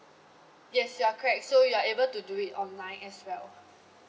yes you are correct so you are able to do it online as well